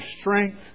strength